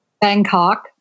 Bangkok